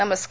नमस्कार